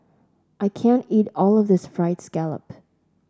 I can't eat all of this fried scallop